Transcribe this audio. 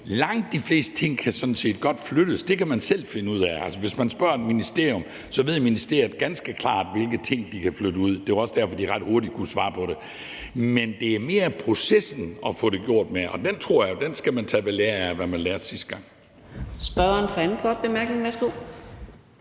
langt de fleste ting kan sådan set godt flyttes. Det kan man selv finde ud af. Hvis man spørger et ministerium, ved ministeriet ganske klart, hvilke ting de kan flytte ud. Det var også derfor, de ret hurtigt kunne svare på det. Men det er mere processen i at få det gjort. Der tror jeg, man skal tage ved lære af, hvad man lærte sidste gang.